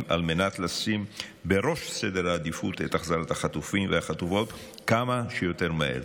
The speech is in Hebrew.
על מנת לשים בראש סדר העדיפות את החזרת החטופים והחטופות כמה שיותר מהר.